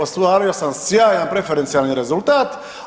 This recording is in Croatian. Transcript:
Ostvario sam sjajan preferencijalni rezultat.